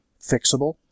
fixable